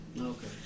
Okay